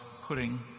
putting